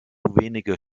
wenige